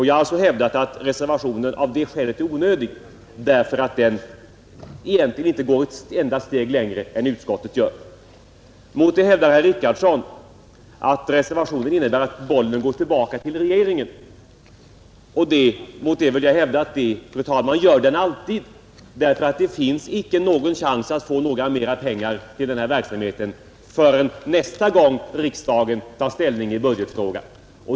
Jag har alltså hävdat att reservationen av det skälet är onödig, eftersom den egentligen inte går ett enda steg längre än utskottet. Mot detta hävdar herr Richardson att reservationen innebär att bollen går tillbaka till regeringen. Häremot vill jag hävda, fru talman, att det gör den alltid, därför att det finns inte någon chans att få några mera pengar till denna verksamhet förrän nästa gång riksdagen tar ställning i budgetfrågan.